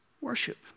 worship